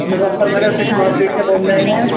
Muzaffar Nagar fish market سے بول رہے ہیں